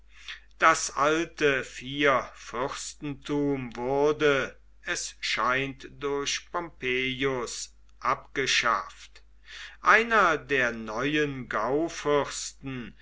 das alte vierfürstentum wurde es scheint durch pompeius abgeschafft einer der neuen